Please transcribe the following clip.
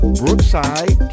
brookside